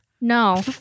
No